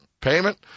payment